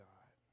God